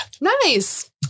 Nice